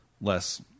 less